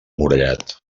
murallat